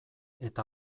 eta